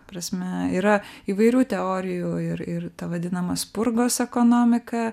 prasme yra įvairių teorijų ir ir ta vadinama spurgos ekonomika